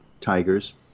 tigers